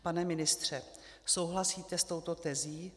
Pane ministře, souhlasíte s touto tezí?